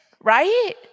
right